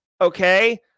okay